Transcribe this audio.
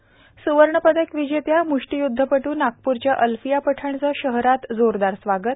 तस्वर्णपदक विजेत्या म्ष्टिय्द्वपटू नागपूरच्या अल्फिया पाठणचे शहरात जोरदार स्वागत